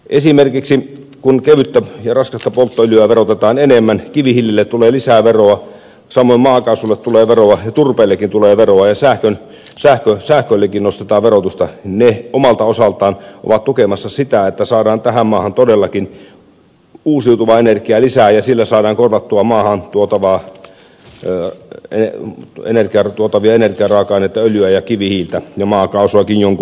esimerkiksi kun kevyttä ja raskasta polttoöljyä verotetaan enemmän kivihiilelle tulee lisää veroa samoin maakaasulle tulee veroa ja turpeellekin tulee veroa ja sähköllekin nostetaan verotusta niin ne omalta osaltaan ovat tukemassa sitä että saadaan tähän maahan todellakin uusiutuvaa energiaa lisää ja sillä saadaan korvattua maahan tuotavaa ohraa eun tuen eikä tuotavia energiaraaka aineita öljyä ja kivihiiltä ja maakaasuakin jonkin verran